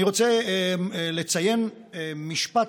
אני רוצה לציין משפט,